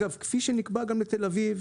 זה עומר; זה המושבים; זה היישובים.